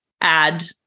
add